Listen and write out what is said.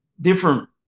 different